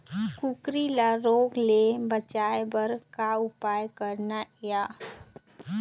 कुकरी ला रोग ले बचाए बर का उपाय करना ये?